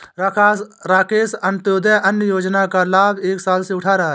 राकेश अंत्योदय अन्न योजना का लाभ एक साल से उठा रहा है